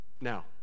Now